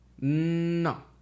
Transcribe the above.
no